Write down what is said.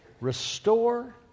Restore